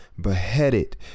beheaded